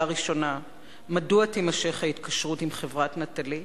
1. מדוע תימשך ההתקשרות עם חברת "נטלי"?